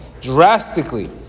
drastically